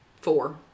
four